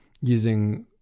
using